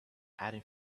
adding